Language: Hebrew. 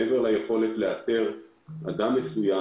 מעבר ליכולת לאתר אדם מסוים.